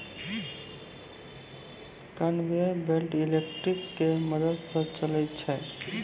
conveyor belt electric के मदद स चलै छै